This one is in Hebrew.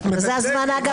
זה הזמן,